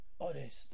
honest